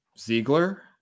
ziegler